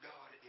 God